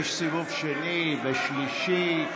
יש סיבוב שני ושלישי.